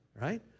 right